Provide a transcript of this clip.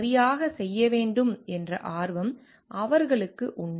சரியாகச் செய்ய வேண்டும் என்ற ஆர்வம் அவர்களுக்கு உண்டு